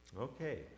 Okay